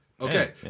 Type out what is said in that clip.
Okay